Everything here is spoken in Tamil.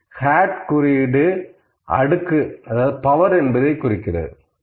இந்த ஹாட் குறியீடு அடுக்கு பவர் என்பதைக் குறிக்கிறது